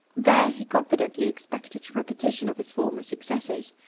there he confidently expected a repetition of his former successes,